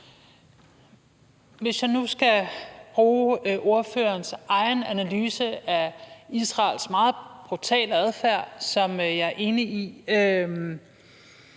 Hvis jeg nu skal bruge ordførerens egen analyse af Israels meget brutale adfærd, som jeg er enig i,